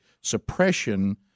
suppression